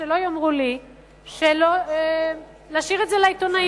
שלא יאמרו לי להשאיר את זה לעיתונאים,